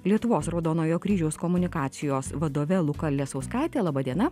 lietuvos raudonojo kryžiaus komunikacijos vadove luka lesauskaite laba diena